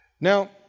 Now